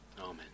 Amen